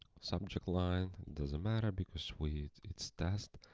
subject line doesn't matter because, we it's it's test.